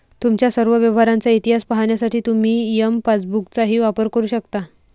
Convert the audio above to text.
तुमच्या सर्व व्यवहारांचा इतिहास पाहण्यासाठी तुम्ही एम पासबुकचाही वापर करू शकता